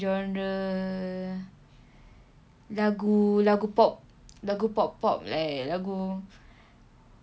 genre lagu-lagu pop lagu pop pop like lagu